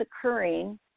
occurring